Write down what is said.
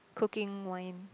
cooking wine